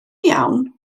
iawn